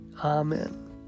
Amen